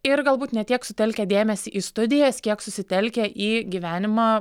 ir galbūt ne tiek sutelkia dėmesį į studijas kiek susitelkia į gyvenimą